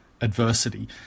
adversity